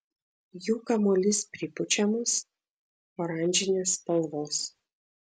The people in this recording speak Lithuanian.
jų kamuolys pripučiamas oranžinės spalvos